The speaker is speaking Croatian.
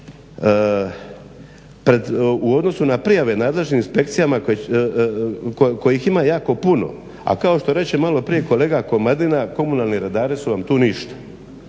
u odnosu na prijave nadležnim inspekcijama koje će, kojih ima jako puno, a kao što reće maloprije kolega Komadina, komunalni redari su vam tu ništa.